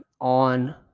on